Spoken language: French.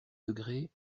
degrés